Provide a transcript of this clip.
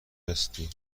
هستی